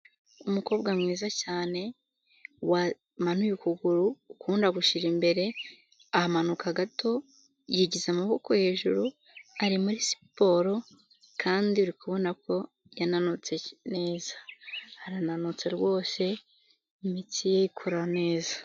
Umukobwa mwiza cyane, wamanuye ukuguru ukundi agushyirara imbere, amanuka gato, yigiza amaboko hejuru, ari muri siporo kandi uri kubona ko yananutse neza, arananutse rwose imitsi ye ikora neza.